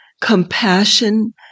compassion